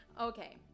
Okay